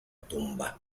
tumba